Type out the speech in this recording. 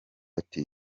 ati